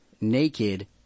naked